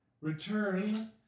Return